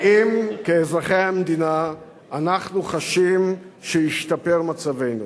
האם כאזרחי המדינה אנחנו חשים שהשתפר מצבנו?